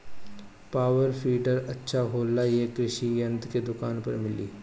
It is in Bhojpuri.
पॉवर वीडर अच्छा होला यह कृषि यंत्र के दुकान पर मिली?